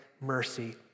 mercy